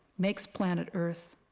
makes planet earth,